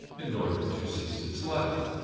in order to seize its light.